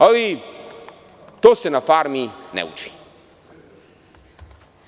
Ali, to se na „farmi“ ne uči.